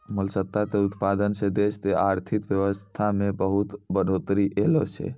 मोलसका के उतपादन सें देश के आरथिक बेवसथा में बहुत्ते बढ़ोतरी ऐलोॅ छै